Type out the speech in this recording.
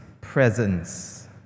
presence